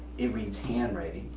it reads handwriting,